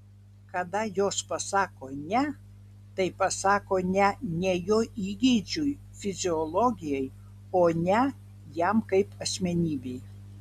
kada jos pasako ne tai pasako ne ne jo įgeidžiui fiziologijai o ne jam kaip asmenybei